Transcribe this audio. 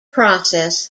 process